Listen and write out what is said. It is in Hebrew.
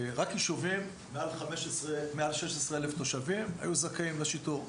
רק יישובים מעל 16 אלף תושבים היו זכאים לשיטור הזה.